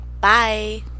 Bye